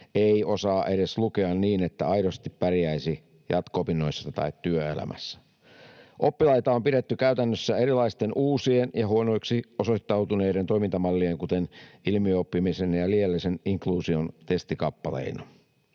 ei osaa edes lukea niin, että aidosti pärjäisi jatko-opinnoissa tai työelämässä. Oppilaita on pidetty käytännössä erilaisten uusien ja huonoiksi osoittautuneiden toimintamallien, kuten ilmiöoppimisen ja liiallisen inkluusion, testikappaleina.